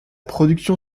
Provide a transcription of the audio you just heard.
production